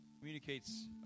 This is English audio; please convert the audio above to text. Communicates